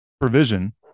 provision